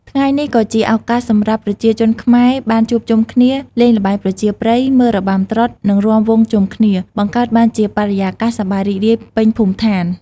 ង្ងៃនេះក៏ជាឱកាសសម្រាប់ប្រជាជនខ្មែរបានជួបជុំគ្នា លេងល្បែងប្រជាប្រិយ មើលរបាំត្រុដិ និងរាំវង់ជុំគ្នា បង្កើតបានជាបរិយាកាសសប្បាយរីករាយពេញភូមិឋាន។